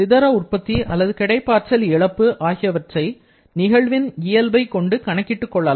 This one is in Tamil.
சிதற உற்பத்தி அல்லது கிடைப்பாற்றல் இழப்பு ஆகியவற்றை நிகழ்வின் இயல்பை கொண்டு கணக்கிட்டுக் கொள்ள